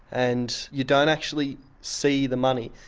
and you don't actually see the money.